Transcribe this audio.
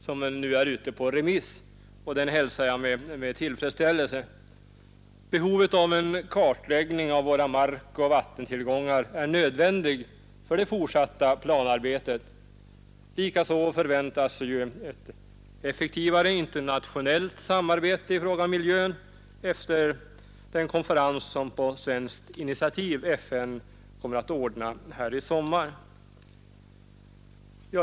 Detta är nu ute på remiss, och jag hälsar förslaget med tillfredsställelse. En kartläggning av våra markoch vattentillgångar är nödvändig för det fortsatta planarbetet. Likaså förväntas effektivare internationellt samarbete i fråga om miljön efter den konferens som FN på svenskt initiativ kommer att ordna här i sommar.